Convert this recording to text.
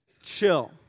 Chill